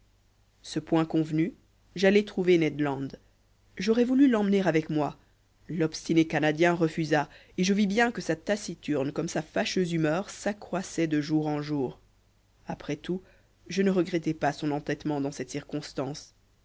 ce point convenu j'allai trouver ned land j'aurais voulu l'emmener avec moi l'obstiné canadien refusa et je vis bien que sa taciturnité comme sa fâcheuse humeur s'accroissaient de jour en jour après tout je ne regrettai pas son entêtement dans cette circonstance